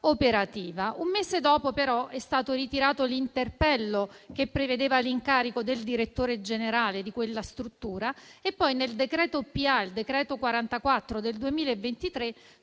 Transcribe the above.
operativa. Un mese dopo, però, è stato ritirato l'interpello che prevedeva l'incarico del direttore generale di quella struttura. Inoltre, l'articolo 9 del decreto-legge n. 44 del 2023